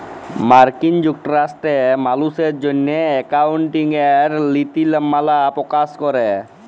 মার্কিল যুক্তরাষ্ট্রে মালুসের জ্যনহে একাউল্টিংয়ের লিতিমালা পকাশ ক্যরে